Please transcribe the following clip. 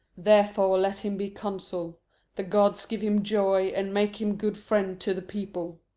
therefore let him be consul the gods give him joy, and make him good friend to the people!